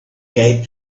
kite